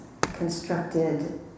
constructed